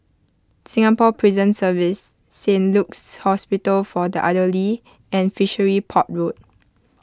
Singapore Prison Service Saint Luke's Hospital for the Elderly and Fishery Port Road